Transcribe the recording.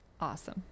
Awesome